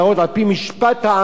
כפי שמפורט: